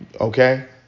okay